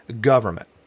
government